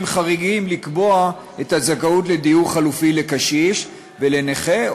חריגים לקבוע את הזכאות לדיור חלופי לקשיש ולנכה,